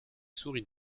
souris